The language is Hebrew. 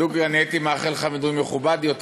דוגרי, אני הייתי מאחל לך מינוי מכובד יותר,